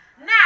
Now